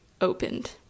opened